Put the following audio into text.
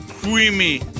creamy